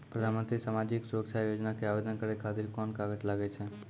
प्रधानमंत्री समाजिक सुरक्षा योजना के आवेदन करै खातिर कोन कागज लागै छै?